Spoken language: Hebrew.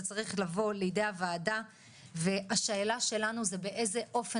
צמריך לבוא לידי הועדה והשאלה שלנו זה באיזה אופן